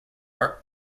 are